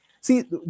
see